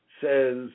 says